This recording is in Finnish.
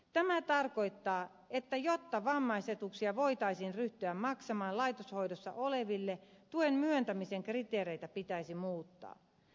tämä tarkoittaa että jotta vammaisetuuksia voitaisiin ryhtyä maksamaan laitoshoidossa oleville tuen myöntämisen kriteereitä pitäisi muuttaa